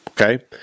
okay